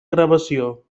gravació